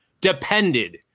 depended